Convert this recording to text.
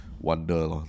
wonder